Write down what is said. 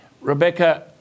Rebecca